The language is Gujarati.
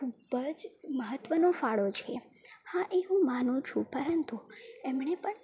ખૂબ જ મહત્ત્વનો ફાળો છે હા એ હું માનું છું પરંતુ એમણે પણ